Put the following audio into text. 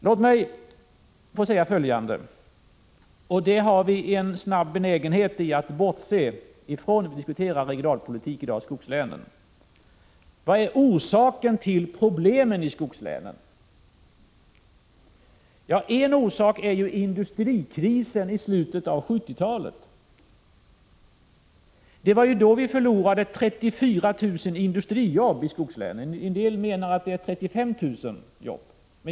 Låt mig säga följande om någonting som vi har stor benägenhet att bortse från när vi i dag diskuterar regionalpolitiken i skogslänen. Vilka är orsakerna till problemen i skogslänen? Ja, en orsak är den industrikris som inträffade i slutet av 1970-talet. Det var ju då som vi förlorade 34 000 industrijobb i skogslänen. En del menar att det rörde sig om 35 000 jobb.